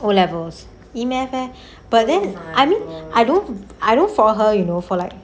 O levels E math meh but then I mean I don't I don't for her you know for like